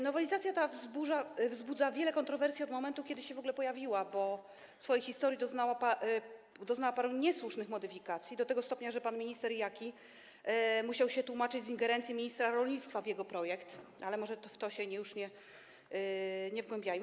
Nowelizacja ta wzbudza wiele kontrowersji od momentu, kiedy się w ogóle pojawiła, bo w swojej historii uległa paru niesłusznym modyfikacjom, do tego stopnia, że pan minister Jaki musiał się tłumaczyć z ingerencji ministra rolnictwa w jego projekt, ale może w to się już nie wgłębiajmy.